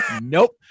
Nope